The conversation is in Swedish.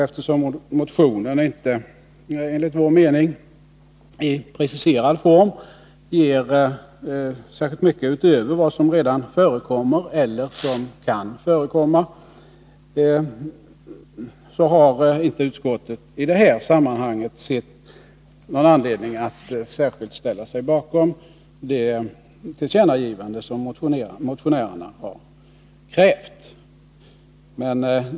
Eftersom motionen enligt vår mening inte i preciserad form innehåller särskilt mycket utöver vad som redan förekommer eller som kan förekomma på det här området har inte utskottet i detta sammanhang sett någon anledning att ställa sig bakom det tillkännagivande som motionärerna har krävt.